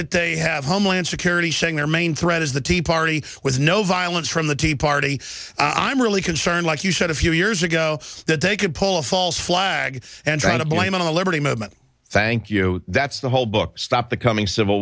that they have homeland security saying their main threat is the tea party was no violence from the tea party i'm really concerned like you said a few years ago that they could pull a false flag and try to blame it on the liberty movement thank you that's the whole book stop the coming civil